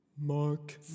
Mark